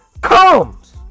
comes